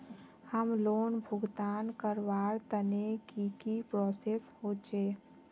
Home loan भुगतान करवार तने की की प्रोसेस होचे?